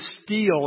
steal